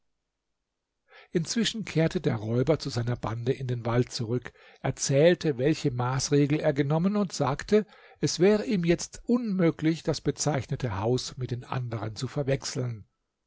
inzwischen kehrte der räuber zu seiner bande in den wald zurück erzählte welche maßregel er genommen und sagte es wäre ihm jetzt unmöglich das bezeichnete haus mit den anderen zu verwechseln